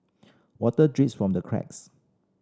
water drips from the cracks